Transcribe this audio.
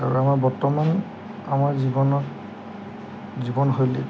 আৰু আমাৰ বৰ্তমান আমাৰ জীৱনত জীৱনশৈলী